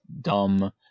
dumb